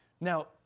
Now